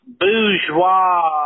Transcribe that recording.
bourgeois